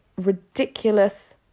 ridiculous